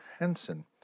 Henson